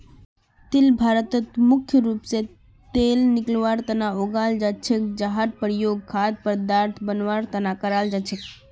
तिल भारतत मुख्य रूप स तेल निकलवार तना उगाल जा छेक जहार प्रयोग खाद्य पदार्थक बनवार तना कराल जा छेक